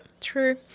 true